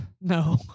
No